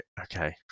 okay